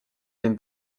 siin